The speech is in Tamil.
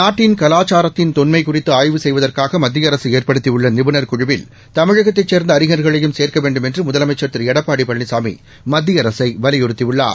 நாட்டின் கலாச்சாரத்தின் தொன்மை குறித்து ஆய்வு செய்வதற்காக மத்திய அரசு ஏற்படுத்தி உள்ள நிபுணர் குழுவில் தமிழகத்தைச் சேர்ந்த அறிஞர்களையும் சேர்க்க வேண்டுமென்று முதலமைச்சள் திரு எடப்பாடி பழனிசாமி மத்திய அரசை வலியுறுத்தியுள்ளார்